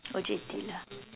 O_J_T lah